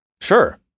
sure